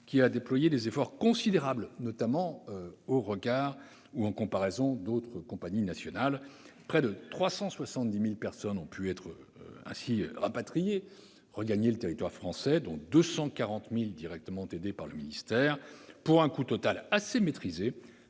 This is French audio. qui a déployé des efforts considérables, notamment en comparaison d'autres compagnies nationales. Près de 370 000 personnes ont pu ainsi regagner le territoire français, dont 240 000 directement aidées par le ministère, pour un coût total maîtrisé